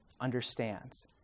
understands